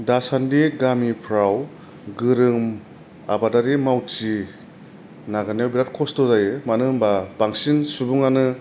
दासान्दि गामिफ्राव गोरों आबादारि मावथि नागिरनो बेराथ खस्थ' जायो मानो होनोबा बांसिन सुबुङानो